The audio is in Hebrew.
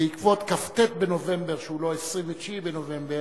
בעקבות כ"ט בנובמבר, שהוא לא 29 בנובמבר,